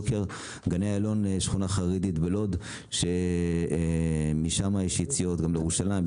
גני איילון היא שכונה חרדית בלוד שמשם יש יציאות גם לירושלים,